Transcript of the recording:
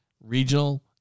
regional